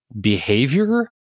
Behavior